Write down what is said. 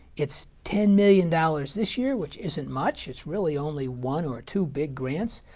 it's ten million dollars this year, which isn't much. it's really only one or two big grants.